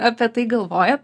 apie tai galvoja